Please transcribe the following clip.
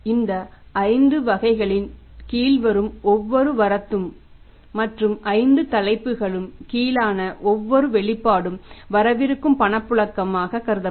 இந்த 5 வகைகளின் கீழ் வரும் எந்தவொரு வரத்து மற்றும் 5 தலைப்புகளுக்கு கீழான எந்தவொரு வெளிப்பாடும் வரவிருக்கும் பணப்புழக்கமாக கருதப்படும்